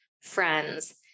friends